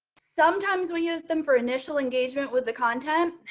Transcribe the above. sometimes we use them for initial engagement with the content.